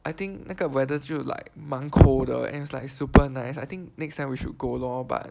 I think 那个 weather 就 like 蛮 cold 的 and it's like super nice I think next time we should go lor but